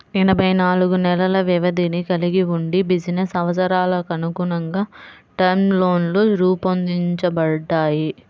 ఎనభై నాలుగు నెలల వ్యవధిని కలిగి వుండి బిజినెస్ అవసరాలకనుగుణంగా టర్మ్ లోన్లు రూపొందించబడ్డాయి